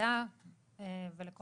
לוועדה ולכל